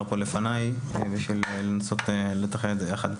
פה לפניי בשביל לנסות לתכלל את זה יחד.